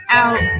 out